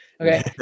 Okay